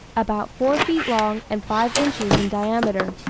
about four feet long and five inches in diameter.